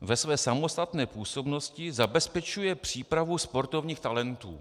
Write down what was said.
ve své samostatné působnosti zabezpečuje přípravu sportovních talentů.